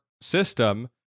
system